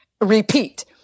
repeat